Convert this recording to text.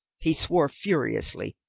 he swore furiously,